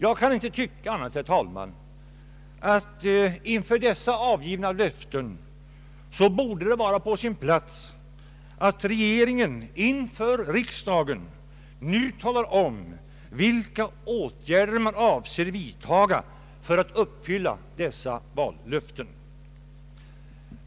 Jag kan, herr talman, inte tycka annat än att det inför dessa avgivna löften borde vara på sin plats att regeringen för riksdagen nu talar om vilka åtgärder den avser att vidtaga för att uppfylla dessa vallöften.